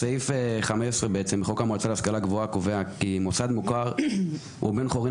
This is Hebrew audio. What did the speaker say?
סעיף 15 לחוק המועצה להשכלה גבוהה קובע כי "מוסד מוכר הוא בן חורין